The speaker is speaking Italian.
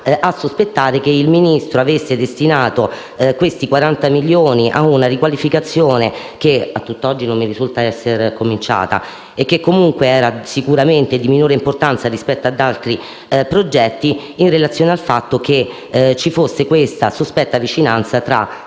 a sospettare che il Ministro avesse destinato questi 40 milioni a una riqualificazione che a tutt'oggi non mi risulta essere cominciata e che sicuramente era di minore importanza rispetto ad altri progetti. Dico questo anche in relazione al fatto che ci fosse questa sospetta vicinanza con